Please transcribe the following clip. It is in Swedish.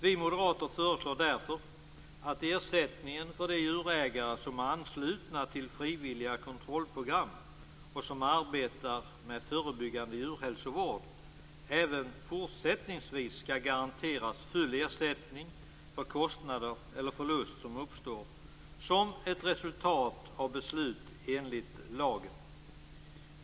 Vi moderater föreslår därför att de djurägare som är anslutna till frivilliga kontrollprogram och som arbetar med förebyggande djurhälsovård även fortsättningsvis skall garanteras full ersättning för kostnader eller förlust som uppstår som ett resultat av beslut enligt lagen.